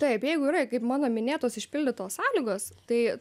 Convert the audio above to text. taip jeigu yra kaip mano minėtos išpildytos sąlygos tai